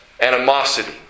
animosity